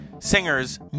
singers